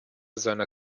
seiner